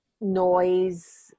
noise